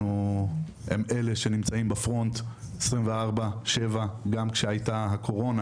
הם אלו שנמצאים בפרונט 24/7 גם בזמן הקורונה